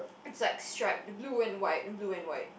it's like striped blue and white blue and white